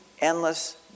endless